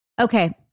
okay